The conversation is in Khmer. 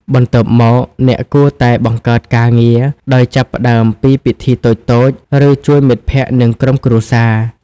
បន្ទាប់មក អ្នកគួរតែ បង្កើតការងារ ដោយចាប់ផ្តើមពីពិធីតូចៗ ឬជួយមិត្តភក្តិ និងក្រុមគ្រួសារ។